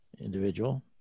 individual